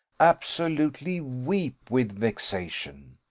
absolutely weep with vexation.